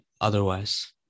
otherwise